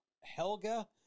Helga